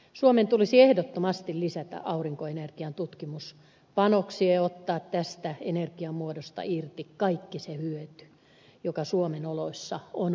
suomen tulisi ehdottomasti lisätä aurinkoenergian tutkimuspanoksia ja ottaa tästä energiamuodosta irti kaikki se hyöty joka suomen oloissa on mahdollista